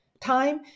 time